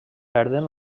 perden